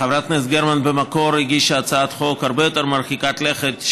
חברת הכנסת גרמן הגישה במקור הצעת חוק הרבה יותר מרחיקת לכת,